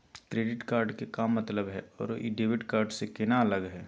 Credit card के का मतलब हई अरू ई डेबिट कार्ड स केना अलग हई?